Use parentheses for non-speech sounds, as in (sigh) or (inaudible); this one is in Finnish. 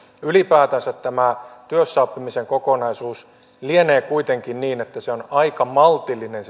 ylipäätänsä tämä työssäoppimisen kokonaisuus lienee kuitenkin niin että se siirtymä työelämään on aika maltillinen (unintelligible)